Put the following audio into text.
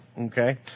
okay